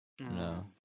No